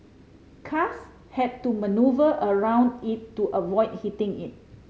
cars had to manoeuvre around it to avoid hitting it